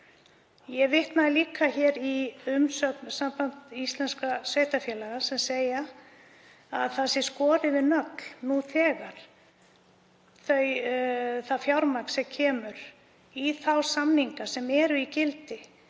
Ég vitnaði líka í umsögn Sambands íslenskra sveitarfélaga sem segir að það sé skorið við nögl nú þegar það fjármagn sem kemur í þá samninga sem eru í gildi